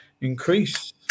increase